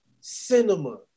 cinema